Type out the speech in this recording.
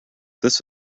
this